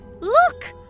look